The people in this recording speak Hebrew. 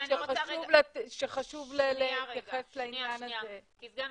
שחשוב להתייחס לעניין הזה.